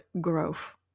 growth